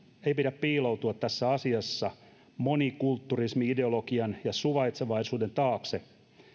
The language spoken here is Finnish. ei pidä piiloutua tässä asiassa monikulturismi ideologian ja suvaitsevaisuuden taakse